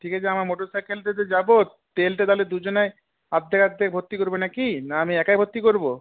ঠিক আছে আমার মোটর সাইকেলটাতে যাব তেলটা তাহলে দুজনে অর্ধেক অর্ধেক ভর্তি করব না কি না আমি একাই ভর্তি করব